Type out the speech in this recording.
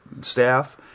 staff